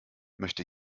möchte